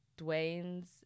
Dwayne's